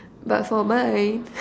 but for mine